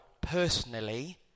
personally